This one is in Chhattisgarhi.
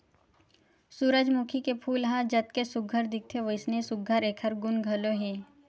सूरजमूखी के फूल ह जतके सुग्घर दिखथे वइसने सुघ्घर एखर गुन घलो हे